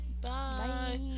Bye